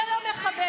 זה לא מכבד.